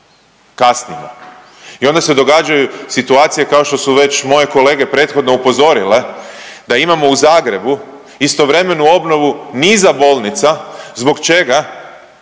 I onda se događaju situacije kao što su već moje kolege prethodno upozorile da imamo u Zagrebu istovremenu obnovu niza bolnica zbog čega